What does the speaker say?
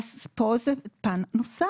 אז פה זה פן נוסף,